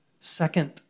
second